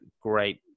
great